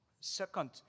Second